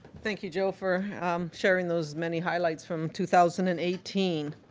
thank you, joe, for um sharing those many highlights from two thousand and eighteen.